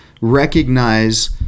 recognize